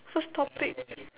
first topic